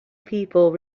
people